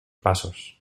pasos